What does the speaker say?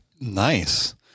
Nice